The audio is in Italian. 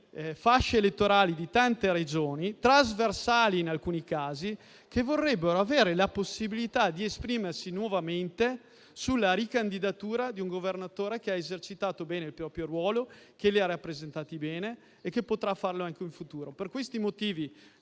fasce elettorali di tante Regioni, trasversali in alcuni casi, che vorrebbero avere la possibilità di esprimersi nuovamente sulla ricandidatura di un governatore che ha esercitato bene il proprio ruolo, che li ha rappresentati bene e che potrà farlo anche in futuro. Per questi motivi